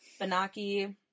Benaki